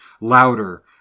louder